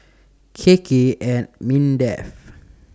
K K and Mindef